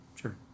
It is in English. Sure